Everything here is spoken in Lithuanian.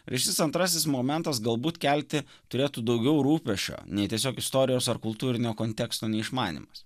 šis antrasis momentas galbūt kelti turėtų daugiau rūpesčio nei tiesiog istorijos ar kultūrinio konteksto neišmanymas